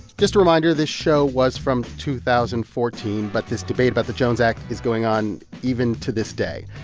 just a reminder this show was from two thousand and fourteen, but this debate about the jones act is going on even to this day.